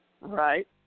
Right